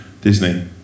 Disney